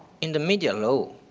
in the media alone,